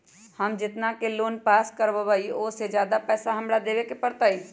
हम जितना के लोन पास कर बाबई ओ से ज्यादा पैसा हमरा देवे के पड़तई?